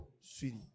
sweetie